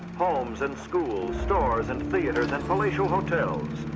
homes and schools, stores and theaters, and palatial hotels.